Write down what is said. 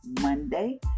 Monday